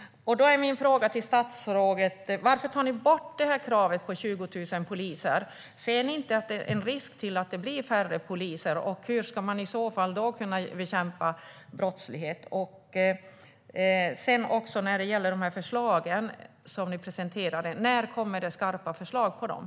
Då är min fråga till statsrådet: Varför tar ni bort kravet på 20 000 poliser? Ser ni inte att det finns en risk för att det blir färre poliser? Hur ska man i så fall kunna bekämpa brottsligheten? När det gäller de förslag som ni presenterade, när kommer de skarpa förslagen?